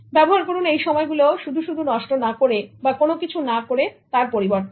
ব্যবহার করুন এই সময়গুলো শুধু শুধু নষ্ট না করে বা কোন কিছু না করে তার পরিবর্তে